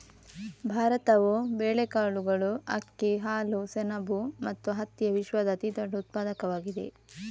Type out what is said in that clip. ಭಾರತವು ಬೇಳೆಕಾಳುಗಳು, ಅಕ್ಕಿ, ಹಾಲು, ಸೆಣಬು ಮತ್ತು ಹತ್ತಿಯ ವಿಶ್ವದ ಅತಿದೊಡ್ಡ ಉತ್ಪಾದಕವಾಗಿದೆ